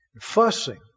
fussing